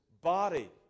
body